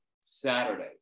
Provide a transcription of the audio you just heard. Saturday